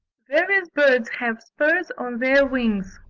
various birds have spurs on their wings.